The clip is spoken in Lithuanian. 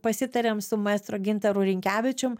pasitarėm su maestro gintaru rinkevičium